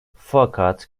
fakat